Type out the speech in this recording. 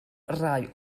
rhai